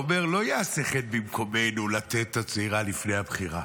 הוא אומר: "לא יעשה כן במקומנו לתת הצעירה לפני הבכירה".